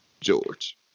George